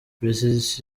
precious